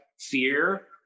fear